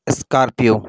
scorpio